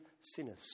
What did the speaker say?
sinners